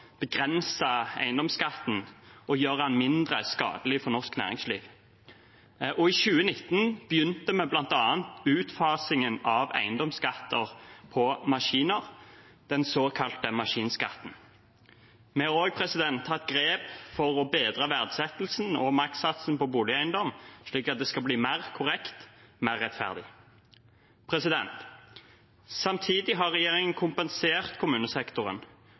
eiendomsskatten og gjøre den mindre skadelig for norsk næringsliv. I 2019 begynte vi bl.a. utfasingen av eiendomsskatt på maskiner, den såkalte maskinskatten. Vi har også tatt grep for å bedre verdsettelsen og makssatsen på boligeiendom, slik at det skal bli mer korrekt og mer rettferdig. Samtidig har regjeringen kompensert kommunesektoren,